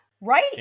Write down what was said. right